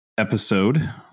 episode